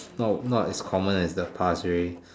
not as common as the past already